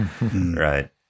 Right